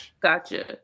Gotcha